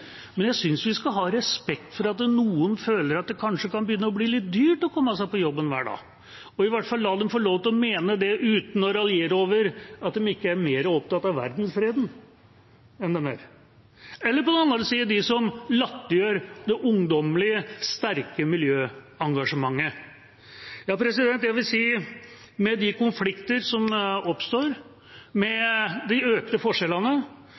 men jeg synes vi skal ha respekt for at noen føler at det kanskje kan begynne å bli litt dyrt å komme seg på jobben hver dag – og i hvert fall la dem få lov til å mene det uten å raljere over at de ikke er mer opptatt av verdensfreden enn de er. Så har vi på den andre siden de som latterliggjør det ungdommelige, sterke miljøengasjementet. Ja, med de konflikter som oppstår, med de økte forskjellene